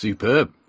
Superb